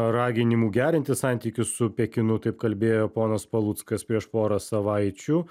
raginimų gerinti santykius su pekinu taip kalbėjo ponas paluckas prieš porą savaičių